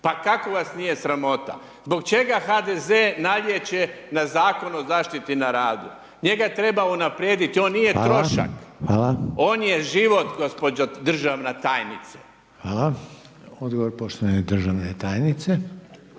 pa kako vas nije sramota? Zbog čega HDZ nalijeće na Zakon o zaštiti na radu? Njega treba unaprijediti, on nije trošak. On je život, gospođo državna tajnice. **Reiner, Željko (HDZ)** Hvala. Odgovor poštovane državne tajnice.